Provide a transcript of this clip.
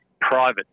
private